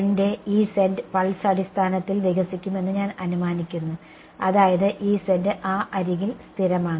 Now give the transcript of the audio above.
എന്റെ പൾസ് അടിസ്ഥാനത്തിൽ വികസിക്കുമെന്ന് ഞാൻ അനുമാനിക്കുന്നു അതായത് ആ അരികിൽ സ്ഥിരമാണ്